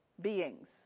beings